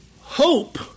hope